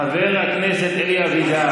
חבר הכנסת אלי אבידר.